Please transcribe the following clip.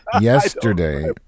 yesterday